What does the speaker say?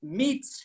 meet